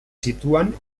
sitúan